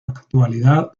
actualidad